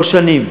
לא שנים.